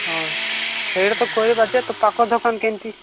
ହଁ ସେଇଟା ତ କହିବା ଯେ ତୁ ପାଖ ଦୋକାନ କେମିତି